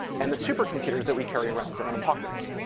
and the super computers that we carry around in our pockets.